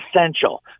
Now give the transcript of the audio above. essential